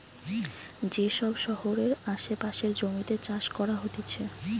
যে সব শহরের আসে পাশের জমিতে চাষ করা হতিছে